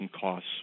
costs